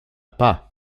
pas